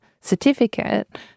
certificate